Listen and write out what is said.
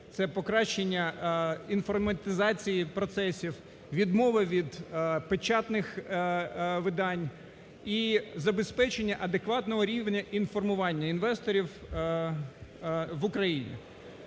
це покращення інформатизації процесів, відмови від печатних видань і забезпечення адекватного рівня інформування інвесторів в Україні.